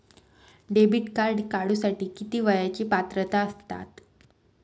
Debit card काढूसाठी किती वयाची पात्रता असतात?